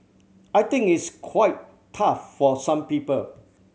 I think it's quite tough for some people